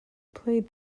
played